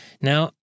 Now